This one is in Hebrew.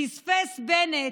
פספס בנט,